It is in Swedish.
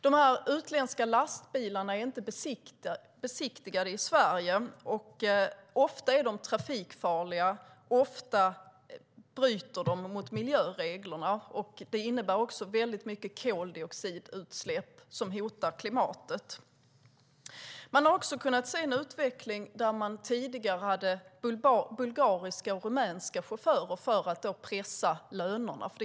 De här utländska lastbilarna är inte besiktigade i Sverige. Ofta är de trafikfarliga, och ofta bryter de mot miljöreglerna. Det innebär också stora koldioxidutsläpp som hotar klimatet. Tidigare hade man bulgariska och rumänska chaufförer för att pressa lönerna.